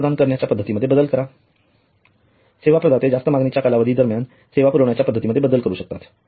सेवा प्रदान करण्याच्या पद्धतीमध्ये बदल करा सेवा प्रदाते जास्त मागणीच्या कालावधी दरम्यान सेवा पुरविण्याच्या पद्धतीमध्ये बदल करू शकतात